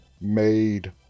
made